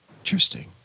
Interesting